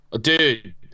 Dude